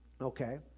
Okay